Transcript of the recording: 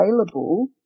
available